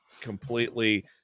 completely